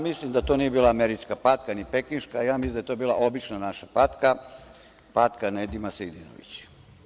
Mislim da to nije bila američka patka, ni pekinška, ja mislim da je to bila obična naša patka, patka Nedima Sejdinovića.